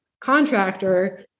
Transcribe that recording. contractor